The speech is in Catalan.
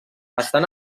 estan